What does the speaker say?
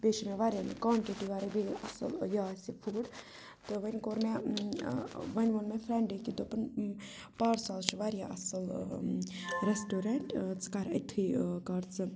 بیٚیہِ چھِ مےٚ واریاہ کانٹِٹی واریاہ بیٚیہِ اَصٕل یہِ آسہِ فُڈ تہٕ وۄنۍ کوٚر مےٚ وۄنۍ ووٚن مےٚ فرٛیٚنٛڈٕ اکہ دوٚپُن پارساز چھِ واریاہ اَصٕل رٮ۪سٹورَنٛٹ ژٕ کَر أتۍتھے کَر ژٕ